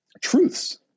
truths